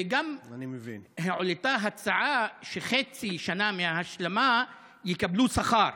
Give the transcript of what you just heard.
וגם הועלתה הצעה שעל חצי שנה מההשלמה הם יקבלו שכר,